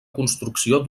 construcció